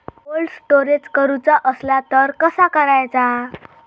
Cold storage करूचा असला तर कसा करायचा?